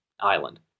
island